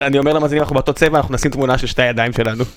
אני אומר למאזינים, אנחנו באותו צבע, אנחנו נשים תמונה של שתי הידיים שלנו.